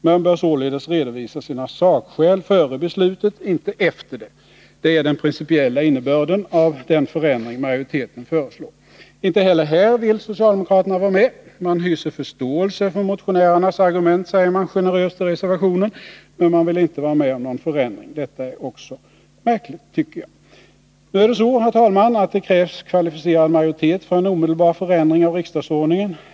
Man bör således redovisa sina sakskäl före beslutet, inte efter det. Det är den principiella innebörden av den förändring majoriteten föreslår. Inte heller här vill socialdemokraterna vara med. Man hyser förståelse för motionärernas argument, säger man generöst i reservationen, men man vill inte vara med om någon förändring. Också detta är märkligt, tycker jag. Nu är det så, herr talman, att det krävs kvalificerad majoritet för en omedelbar förändring av riksdagsordningen.